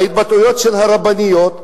ההתבטאויות של רבניות,